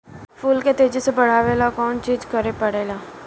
फूल के तेजी से बढ़े ला कौन चिज करे के परेला?